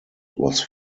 was